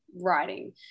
writing